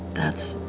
that's,